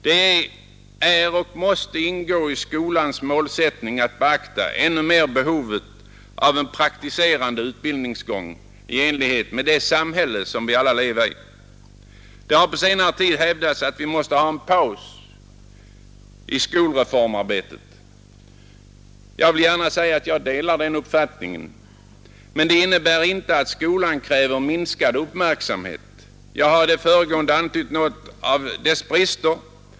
Det måste ingå i skolans målsättning att beakta ännu mer behovet av en praktiserande utbildningsgång i enlighet med det samhälle vi skall leva i. Det har på senare tid hävdats att vi måste ha en paus i skolreformarbetet. Jag delar den uppfattningen, men det innebär inte att skolan kräver minskad uppmärksamhet. Jag har i det föregående antytt några av dess brister.